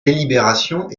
délibérations